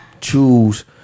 choose